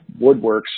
Woodworks